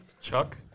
chuck